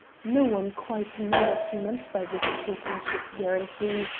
no one quite knew what he meant by this portentous guarantee,